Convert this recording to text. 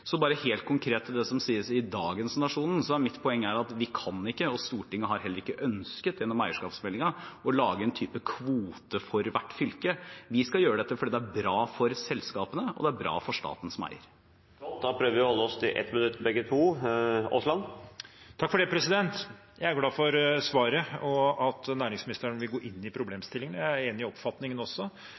så å si akkurat det samme. Dette tror jeg er en kontinuerlig utfordring som alle regjeringer er nødt til å ta tak i. Helt konkret til det som sies i dagens Nationen: Mitt poeng er at vi kan ikke – og Stortinget har heller ikke ønsket det gjennom eierskapsmeldingen – lage en type kvote for hvert fylke. Vi skal gjøre dette fordi det er bra for selskapene, og fordi det er bra for staten som eier. Jeg er glad for svaret og at næringsministeren vil gå inn i problemstillingen. Jeg er enig i oppfatningen også